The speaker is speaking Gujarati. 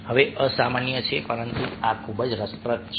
હવે આ અસામાન્ય છે પરંતુ આ ખૂબ જ રસપ્રદ છે